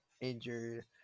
injured